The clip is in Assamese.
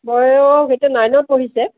বয়স এতিয়া নাইনত পঢ়িছে